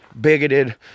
bigoted